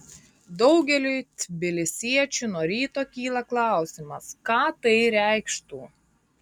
daugeliui tbilisiečių nuo ryto kyla klausimas ką tai reikštų